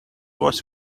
was